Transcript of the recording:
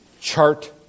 chart